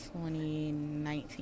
2019